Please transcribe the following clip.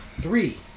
Three